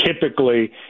Typically